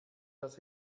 das